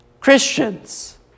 Christians